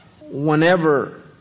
whenever